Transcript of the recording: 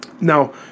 now